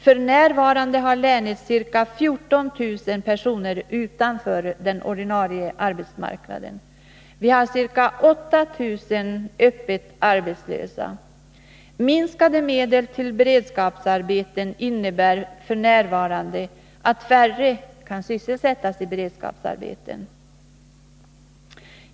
F. n. har länet ca 14 000 personer utanför den ordinarie arbetsmarknaden. Vi har ca 8 000 arbetslösa. Minskade medel till beredskapsarbeten innebär f. n. att färre kan sysselsättas i beredskapsarbeten.